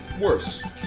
worse